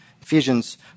Ephesians